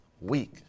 week